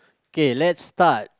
K let's start